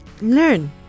learn